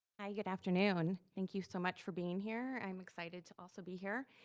hi, good afternoon. thank you so much for being here. i'm excited to also be here.